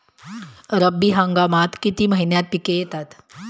रब्बी हंगामात किती महिन्यांत पिके येतात?